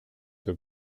que